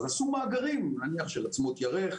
אז עשו מאגרים נניח של עצמות ירך,